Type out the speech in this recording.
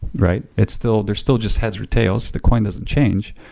right? it's still there's still just heads or tails, the coin doesn't change.